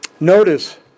Notice